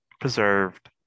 preserved